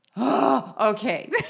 Okay